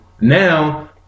Now